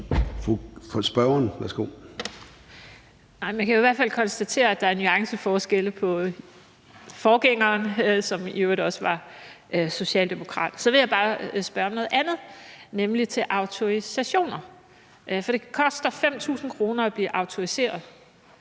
man kan i hvert fald konstatere, at der er nuanceforskelle mellem den nuværende minister og forgængeren, som i øvrigt også var socialdemokrat. Så vil jeg spørge til noget andet, nemlig til autorisationer, for det koster 5.000 kr. at blive autoriseret